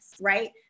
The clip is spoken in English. right